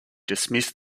dismiss